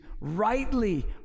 rightly